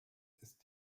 ist